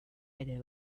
ere